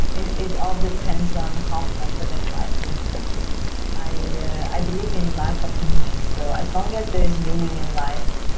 it it all depends on how fulfilling life is and i yeah i believe in life of meaning. so, as long as there's meaning in life